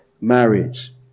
marriage